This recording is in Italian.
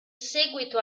seguito